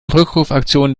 rückrufaktion